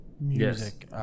Music